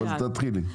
תתחילי.